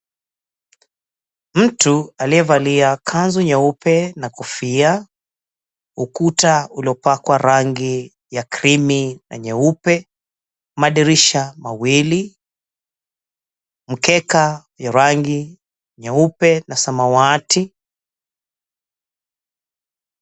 Mtu aliyevalia kanzu nyeupe na kofia, ukuta uliopakwa rangi ya krimi na nyeupe, madirisha mawili, mkeka ya rangi nyeupe na samawati.